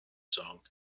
song